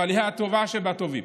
אבל היא הטובה שבטובים.